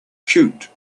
cute